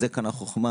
זה כאן החוכמה,